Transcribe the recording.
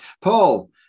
Paul